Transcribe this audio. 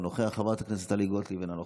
אינו נוכח,